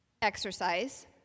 Exercise